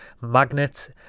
Magnets